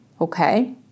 Okay